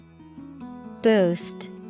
Boost